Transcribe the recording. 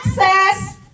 Access